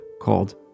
called